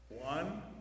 One